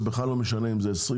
זה בכלל לא משנה אם אלה 20,